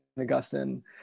Augustine